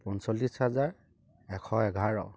পঞ্চল্লিছ হাজাৰ এশ এঘাৰ